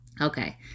Okay